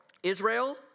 Israel